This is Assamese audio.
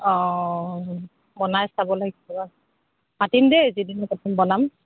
অঁ বনাই চাব লাগিব মাতিম দেই যিদিনা প্ৰথম বনাম